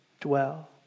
dwell